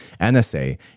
NSA